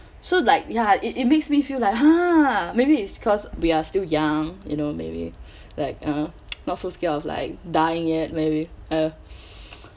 so like ya it it makes me feel like ha maybe it's cause we are still young you know maybe like uh not so scared of like dying yet maybe ah